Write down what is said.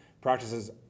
Practices